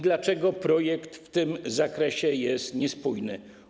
Dlaczego projekt w tym zakresie jest niespójny?